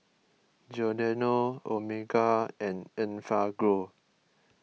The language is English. Giordano Omega and Enfagrow